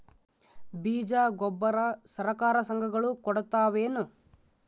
ಬೀಜ ಗೊಬ್ಬರ ಸರಕಾರ, ಸಂಘ ಗಳು ಕೊಡುತಾವೇನು?